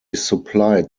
supplied